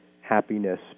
happiness